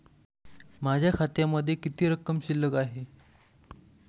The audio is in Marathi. माझ्या खात्यामध्ये किती रक्कम शिल्लक आहे?